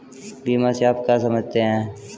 बीमा से आप क्या समझते हैं?